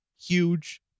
huge